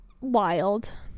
wild